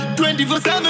24-7